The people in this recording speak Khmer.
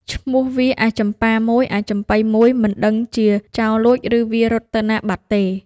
ឈ្មោះវាអាចំប៉ា១ អាចំប៉ី១ មិនដឹងជាចោរលួច ឬ វារត់ទៅណាបាត់ទេ